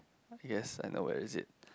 yes I know where is it